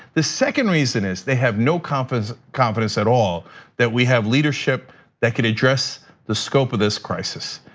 the second reason is they have no confidence confidence at all that we have leadership that could address the scope of this crisis.